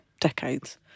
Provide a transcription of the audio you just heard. decades